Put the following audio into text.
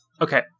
Okay